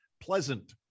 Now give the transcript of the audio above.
pleasant